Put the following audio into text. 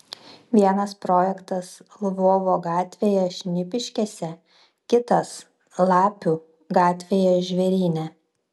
vienas projektas lvovo gatvėje šnipiškėse kitas lapių gatvėje žvėryne